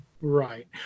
Right